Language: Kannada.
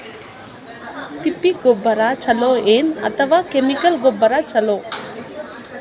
ತಿಪ್ಪಿ ಗೊಬ್ಬರ ಛಲೋ ಏನ್ ಅಥವಾ ಕೆಮಿಕಲ್ ಗೊಬ್ಬರ ಛಲೋ?